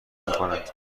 میکنند